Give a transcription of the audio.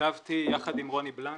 כתבתי יחד עם רוני בלנק,